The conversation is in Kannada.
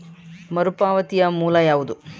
ಮರುಪಾವತಿಯ ಮೂಲ ಯಾವುದು?